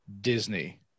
Disney